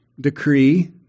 decree